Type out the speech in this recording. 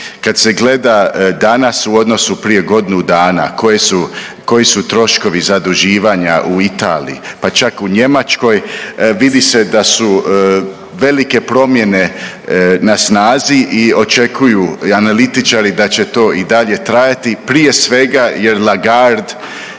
Kad se gleda danas u odnosu prije godinu dana koji su troškovi zaduživanja u Italiji, pa čak u Njemačkoj. Vidi se da su velike promjene na snazi i očekuju i analitičari da će top i dalje trajati prije svega jer Lagarde